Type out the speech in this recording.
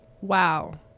wow